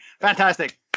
fantastic